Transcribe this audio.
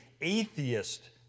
atheist